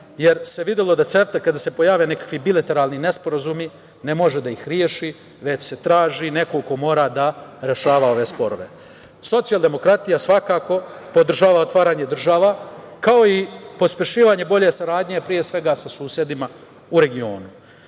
jer se videlo da CEFTA kada se pojave nekakvi bilateralni nesporazumi, ne može da ih reši, već se traži neko ko mora da rešava ove sporove. Socijaldemokratija svakako podržava otvaranje država, kao i pospešivanje bolje saradnje, pre svega sa susedima u regionu.